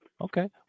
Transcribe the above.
Okay